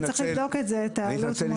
מתנצל.